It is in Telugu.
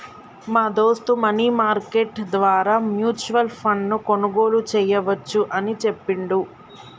మా దోస్త్ మనీ మార్కెట్ ద్వారా మ్యూచువల్ ఫండ్ ను కొనుగోలు చేయవచ్చు అని చెప్పిండు